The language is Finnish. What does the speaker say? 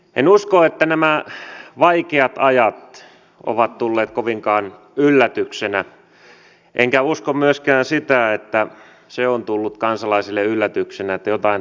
en usko että nämä vaikeat ajat ovat tulleet kovinkaan yllätyksenä enkä usko myöskään sitä että se on tullut kansalaisille yllätyksenä että jotain tarttis tehrä